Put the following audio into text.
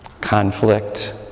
Conflict